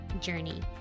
journey